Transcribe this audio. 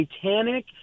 satanic